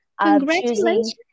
Congratulations